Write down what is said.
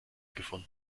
gefunden